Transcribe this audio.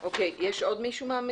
עוד.